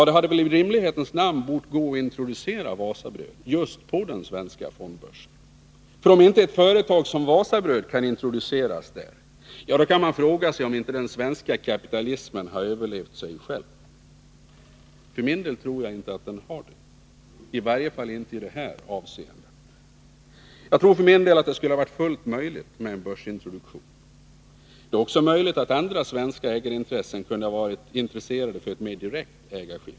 Det hade väl i rimlighetens namn bort gå att introducera Wasabröd just på den svenska fondbörsen. Om inte ett företag som Wasabröd kan introduceras där, då kan man fråga sig om inte den svenska kapitalismen har överlevt sig själv. För min del tror jag inte att den har det, i varje fall inte i det här avseendet. Jag tror för min del att det skulle ha varit fullt möjligt med en börsintroduktion. Det är också möjligt att andra svenska ägarintressen kunde ha varit intresserade för ett mer direkt ägarskifte.